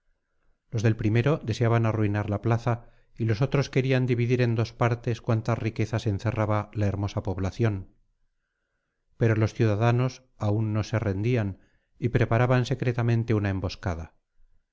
los del primero deseaban arruinar la plaza y los otros querían dividir en dos partes cuantas riquezas encerraba la hermosa población pero los ciudadanos aún no se rendían y preparaban secretamente una emboscada